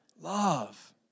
love